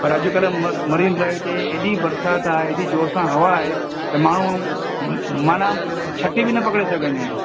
पर अॼुकल्ह म मरिन ड्राईव ते हेॾी बरिसात आहे हेॾी जोर सां हवा आहे त माण्हूं माना छटी बि न पकिड़े सघंदा आहिनि